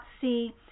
see